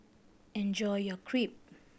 enjoy your Crepe